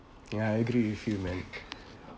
ya I agree with you man